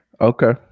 Okay